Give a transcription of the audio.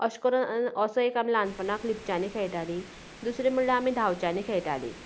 अशें करून असो एक आमी ल्हानपणांत लिपच्यांनी खेळटालीं दुसरें म्हळ्यार आमी धावच्यांनी खेळटालीं